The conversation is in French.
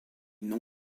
non